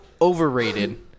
overrated